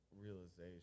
realization